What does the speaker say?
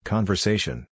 Conversation